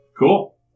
Cool